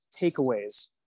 takeaways